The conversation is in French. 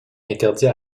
interdit